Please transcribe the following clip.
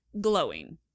glowing